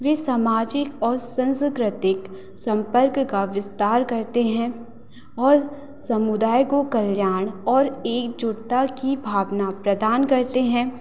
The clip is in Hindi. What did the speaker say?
वे सामाजिक और संस्कृतिक संपर्क का विस्तार करते हैं और समुदाय को कल्याण और एकजुटता की भावना प्रदान करते हैं